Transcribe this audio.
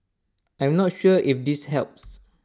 I am not sure if this helps